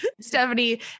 Stephanie